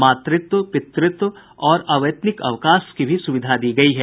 मातृत्व पितृत्व और अवैतनिक अवकाश की भी सुविधा दी गयी है